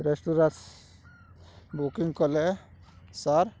restaurant booking କଲେ sir